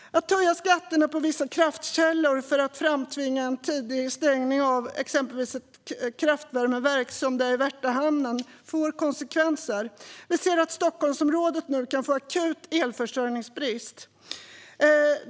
Att höja skatterna för vissa kraftkällor för att framtvinga en för tidig stängning av exempelvis ett kraftvärmeverk, som det i Värtahamnen, får konsekvenser. Vi ser att Stockholmsområdet nu kan få akut elförsörjningsbrist.